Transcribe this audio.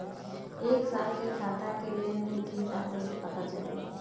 एक साल के खाता के लेन देन के हिसाब कइसे पता चली?